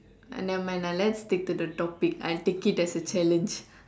nevermind lah let's stick to the topic I'll take it as a challenge